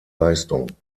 leistung